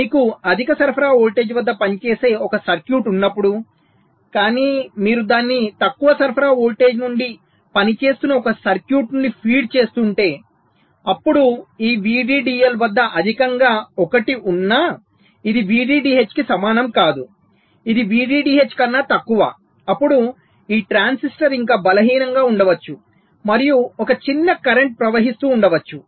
మీకు అధిక సరఫరా వోల్టేజ్ వద్ద పనిచేసే ఒక సర్క్యూట్ ఉన్నప్పుడు కానీ మీరు దానిని తక్కువ సరఫరా వోల్టేజ్ నుండి పనిచేస్తున్న ఒక సర్క్యూట్ నుండి ఫీడ్ చేస్తుంటే అప్పుడు ఈ VDDL వద్ద అధికంగా 1 ఉన్న ఇది VDDH కి సమానం కాదు ఇది VDDH కన్నా తక్కువ అప్పుడు ఈ ట్రాన్సిస్టర్ ఇంకా బలహీనంగా ఉండవచ్చు మరియు ఒక చిన్న కరెంట్ ప్రవహిస్తూ ఉండవచ్చు